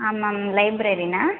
ಹಾಂ ಮ್ಯಾಮ್ ಲೈಬ್ರೆರಿನಾ